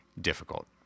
difficult